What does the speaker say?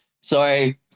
sorry